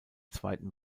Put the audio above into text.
zweiten